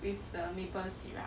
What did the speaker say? with the maple syrup